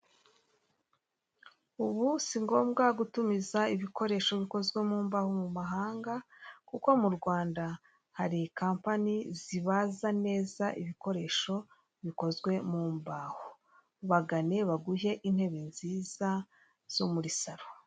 Ubu si ngombwa gutumiza ibikoresho bikozwe mu mbaho mu mahanga, kuko mu Rwanda hari kampani zibaza neza ibikoresho bikozwe mu mbaho. Bagane baguhe intebe nziza zo muri saro.